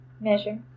Measure